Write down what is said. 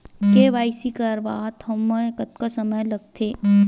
KYC करवात म कतका समय लगथे?